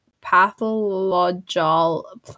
pathological